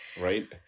Right